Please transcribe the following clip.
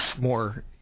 more –